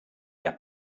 der